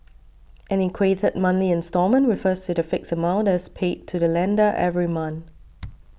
an equated monthly instalment refers to the fixed amount that is paid to the lender every month